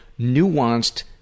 nuanced